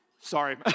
sorry